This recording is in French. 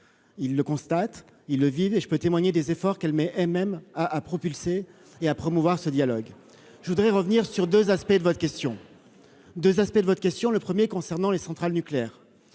il ne constatent-ils vide et je peux témoigner des efforts qu'elle met elle-même à à propulser et à promouvoir ce dialogue, je voudrais revenir sur 2 aspects de votre question, 2 aspects de votre question, le 1er concernant les centrales nucléaires